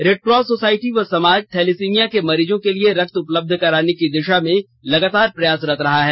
red cross society व समाज thalassaemia के मरीजों के लिए रक्त उपलब्ध कराने की दिशा में लगातार प्रयासरत रहा है